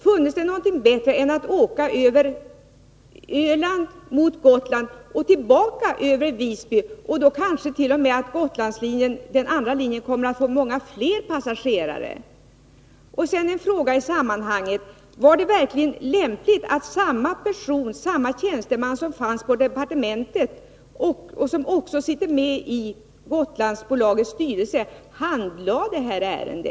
Funnes det då något bättre än att låta dem åka via Öland till Gotland och tillbaka över Visby? Då kanske till och med den andra Gotlandslinjen kommer att få många fler passagerare. Jag vill i det här sammanhanget ställa en fråga: Var det verkligen lämpligt att den tjänstman på departementet som också sitter med i Gotlandsbolagets styrelse handlade detta ärende?